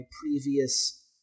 previous